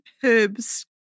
herb's